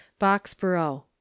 Boxborough